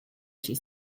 she